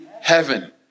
heaven